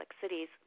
cities